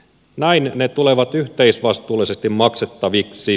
näin ne tulevat yhteisvastuullisesti maksettaviksi